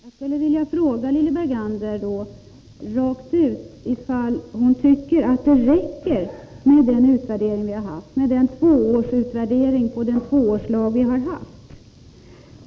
Herr talman! Jag skulle vilja fråga Lilly Bergander rakt på sak ifall hon tycker att det räcker med den utvärdering som vi har gjort av den lag som har gällt i två år.